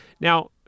Now